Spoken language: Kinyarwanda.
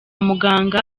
muganga